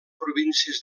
províncies